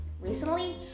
Recently